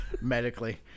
medically